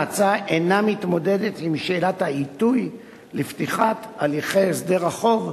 ההצעה אינה מתמודדת עם שאלת העיתוי לפתיחת הליכי הסדרי החוב,